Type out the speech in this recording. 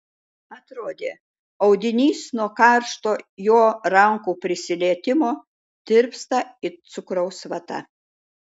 atrodė audinys nuo karšto jo rankų prisilietimo tirpsta it cukraus vata